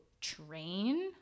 train